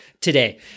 today